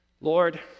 Lord